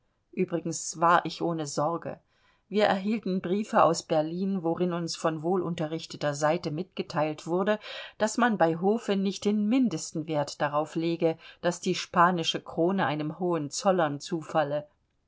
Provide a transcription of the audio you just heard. übrigens war ich ohne sorge wir erhielten briefe aus berlin worin uns von wohlunterrichteter seite mitgeteilt wurde daß man bei hofe nicht den mindesten wert darauf lege daß die spanische krone einem hohenzollern zufalle